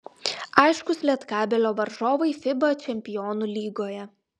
aiškūs lietkabelio varžovai fiba čempionų lygoje